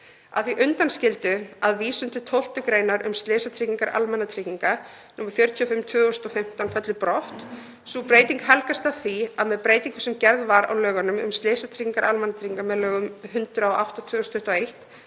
að því undanskildu að vísun til 12. gr. laga um slysatryggingar almannatrygginga, nr. 45/2015, fellur brott. Sú breyting helgast af því að með breytingu sem gerð var á lögum um slysatryggingar almannatrygginga með lögum nr. 108/2021